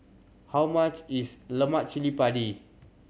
how much is lemak cili padi